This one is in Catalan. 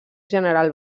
general